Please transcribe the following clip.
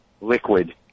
liquid